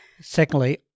secondly